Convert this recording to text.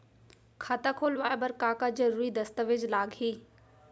खाता खोलवाय बर का का जरूरी दस्तावेज लागही?